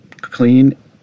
clean